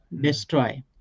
destroy